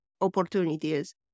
opportunities